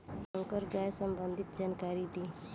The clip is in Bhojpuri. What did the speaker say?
संकर गाय संबंधी जानकारी दी?